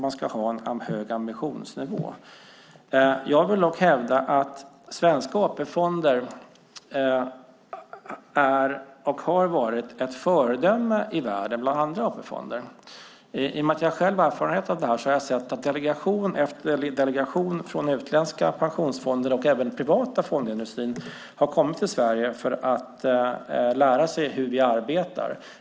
Man ska ha en hög ambitionsnivå. Jag vill dock hävda att svenska AP-fonder är och har varit ett föredöme i världen bland andra AP-fonder. I och med att jag själv har erfarenhet av detta har jag sett att delegation efter delegation från utländska pensionsfonder och även den privata fondindustrin har kommit till Sverige för att lära sig hur vi arbetar.